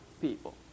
people